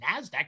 NASDAQ